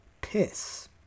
piss